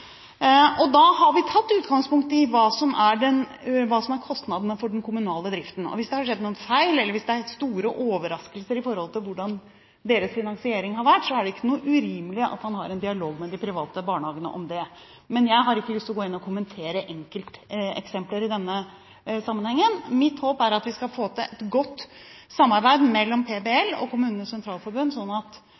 bedre. Da har vi tatt utgangspunkt i hva som er kostnadene for den kommunale driften. Hvis det har skjedd noen feil, eller hvis det er store overraskelser i forhold til hvordan finansieringen har vært, er det ikke urimelig at man har en dialog med de private barnehagene om det. Men jeg har ikke lyst til å gå inn og kommentere enkelteksempler i denne sammenhengen. Mitt håp er at vi skal få til et godt samarbeid mellom PBL og KS, sånn at